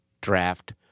draft